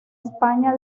españa